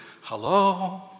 Hello